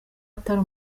atari